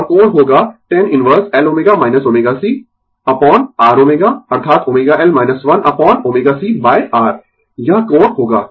और कोण होगा tan inverse L ω ω c upon R ω अर्थात ω L 1 अपोन ω c R यह कोण होगा